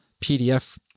PDF